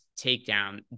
takedown